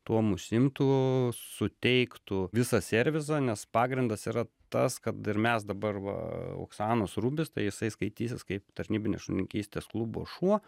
tuom užsiimtų suteiktų visą servizą nes pagrindas yra tas kad ir mes dabar va oksanos rubis tai jisai skaitysis kaip tarnybinės šunininkystės klubo šuo